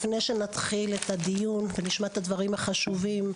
לפני שנתחיל את הדיון ונשמע את הדברים החשובים,